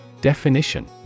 Definition